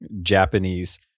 Japanese